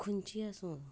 खंयचीय आसूं